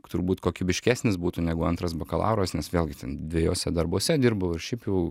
turbūt kokybiškesnis būtų negu antras bakalauras nes vėlgi ten dvejuose darbuose dirbau ir šiaip jau